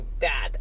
Dad